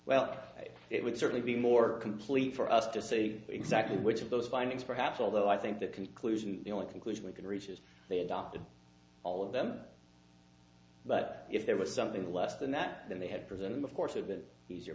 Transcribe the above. well it would certainly be more complete for us to say exactly which of those findings perhaps although i think the conclusion the only conclusion we can reach is they adopted all of them but if there was something less than that than they had presented of course a bit easier